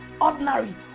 ordinary